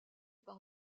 par